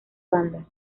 bandas